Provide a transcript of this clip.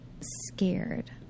scared